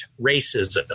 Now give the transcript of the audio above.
racism